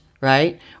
right